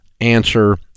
answer